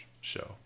show